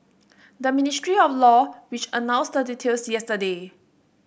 the Ministry of Law which announced the details yesterday